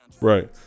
Right